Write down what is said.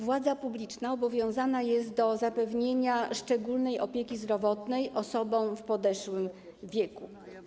Władza publiczna zobowiązana jest do zapewnienia szczególnej opieki zdrowotnej osobom w podeszłym wieku.